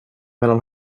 mellan